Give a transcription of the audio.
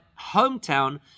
hometown